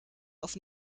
auf